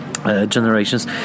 Generations